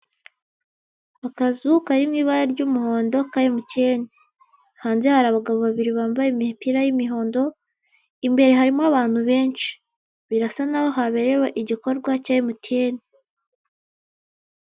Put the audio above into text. Akazu karimo ibara ry'umuhondo ka emutiyeni hanze hari abagabo babiri bambaye imipira y'imihondo imbere harimo abantu benshi birasa nkaho haberewe igikorwa cya emutiyeni.